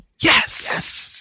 Yes